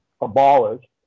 abolished